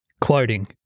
Quoting